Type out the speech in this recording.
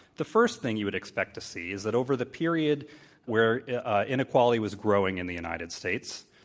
the first thing you would expect to see is that over the period where inequality was growing in the united states,